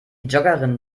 joggerin